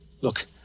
Look